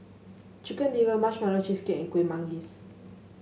Chicken Liver Marshmallow Cheesecake and Kuih Manggis